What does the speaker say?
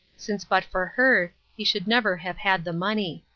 since but for her he should never have had the money.